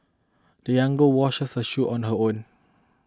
the young girl washed her shoe on her own